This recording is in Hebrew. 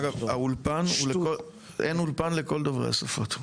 אגב, האולפן, אין אולפן לכל דוברי השפות.